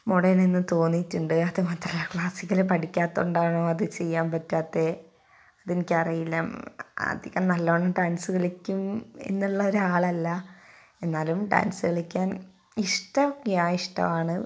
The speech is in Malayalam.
മോഡേണെന്ന് തോന്നിയിട്ടുണ്ട് അത് മാത്രമല്ല ക്ലാസിക്കല് പഠിക്കാത്തത് കൊണ്ടാണോ അത് ചെയ്യാൻ പറ്റാത്തത് അത് എനിക്ക് അറിയില്ല അധികം നല്ലോണം ഡാൻസ് കളിക്കും എന്നുള്ള ഒരാൾ അല്ല എന്നാലും ഡാൻസ് കളിക്കാൻ ഇഷ്ടം ഒക്കെയാണ് ഇഷ്ടമാണ്